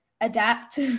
adapt